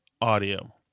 audio